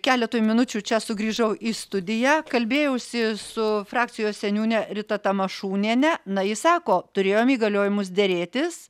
keletui minučių čia sugrįžau į studiją kalbėjausi su frakcijos seniūne rita tamašūniene na ji sako turėjom įgaliojimus derėtis